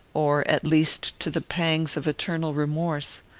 or, at least, to the pangs of eternal remorse.